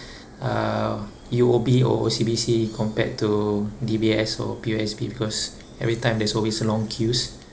uh U_O_B or O_C_B_C compared to D_B_S or P_O_S_B because every time there's always long queues